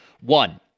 One